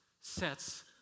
sets